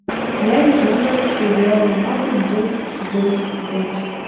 jai už nugaros aidėjo vienodai dunkst dunkst dunkst